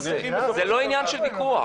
זה לא עניין של ויכוח.